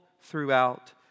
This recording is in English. throughout